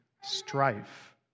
Strife